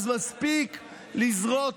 מספיק לזרות